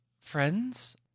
friends